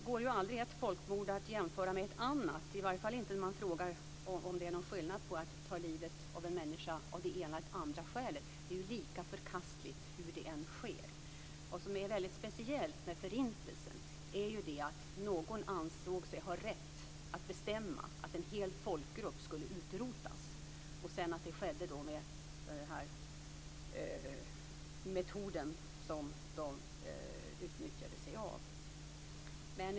Ett folkmord går aldrig att jämföra med ett annat, i varje fall när man frågar om det är någon skillnad på att ta livet av en människa av det ena eller andra skälet. Det är lika förkastligt hur det än sker. Vad som är väldigt speciellt med Förintelsen är att några ansåg sig ha rätt att bestämma att en hel folkgrupp skulle utrotas och att det sedan skedde med den metod som de utnyttjade sig av.